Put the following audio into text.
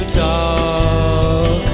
talk